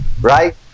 Right